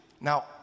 Now